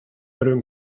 brun